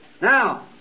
Now